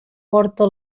porta